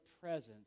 presence